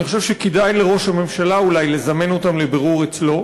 אני חושב שכדאי לראש הממשלה אולי לזמן אותם לבירור אצלו,